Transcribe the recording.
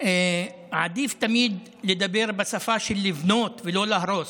עדיף תמיד לדבר בשפה של לבנות ולא להרוס,